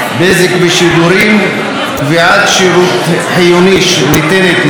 ושידורים) (קביעת שירות חיוני שנותנת בזק,